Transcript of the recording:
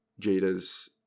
Jada's